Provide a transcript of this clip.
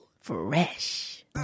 Fresh